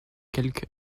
quelque